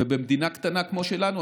ובמדינה קטנה כמו שלנו,